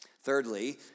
Thirdly